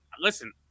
listen